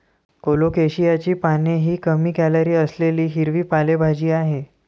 कोलोकेशियाची पाने ही कमी कॅलरी असलेली हिरवी पालेभाजी आहे